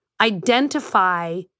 identify